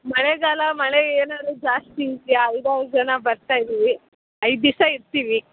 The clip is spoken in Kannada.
ಮಳೆಗಾಲ ಮಳೆ ಏನಾದ್ರು ಜಾಸ್ತಿ ಇದೆಯಾ ಐದು ಆರು ಜನ ಬರ್ತಾ ಇದ್ದೀವಿ ಐದು ದಿವ್ಸ ಇರ್ತೀವಿ